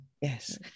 yes